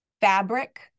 fabric